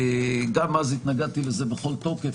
גם אז התנגדתי לזה בכל תוקף.